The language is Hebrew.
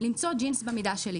למצוא ג'ינס במידה שלי,